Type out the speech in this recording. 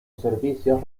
servicios